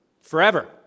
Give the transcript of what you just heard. Forever